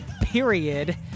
period